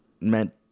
meant